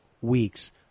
weeks